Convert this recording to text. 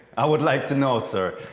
i would like to know, sir.